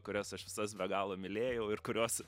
kurias aš visas be galo mylėjau ir kurios